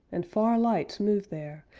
and far lights moved there,